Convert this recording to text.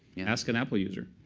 ask an apple user.